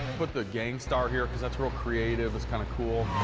put the gangstar here, cause that's real creative. it's kind of cool.